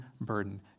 burden